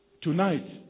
tonight